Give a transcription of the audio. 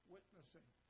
Witnessing